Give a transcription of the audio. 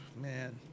man